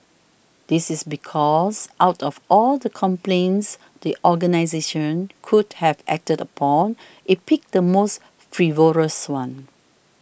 this is because out of all the complaints the organisation could have acted upon it picked the most frivolous one